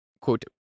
quote